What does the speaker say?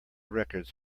records